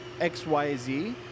XYZ